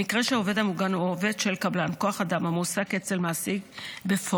במקרה שהעובד המוגן הוא עובד של קבלן כוח אדם המועסק אצל מעסיק בפועל,